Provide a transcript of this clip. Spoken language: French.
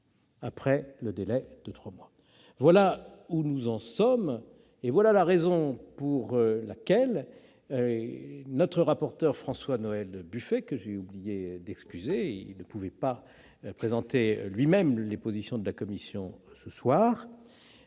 passé le délai de trois mois. Voilà où nous en sommes ; voilà la raison pour laquelle notre rapporteur, François-Noël Buffet, qui ne pouvait présenter lui-même les positions de la commission ce soir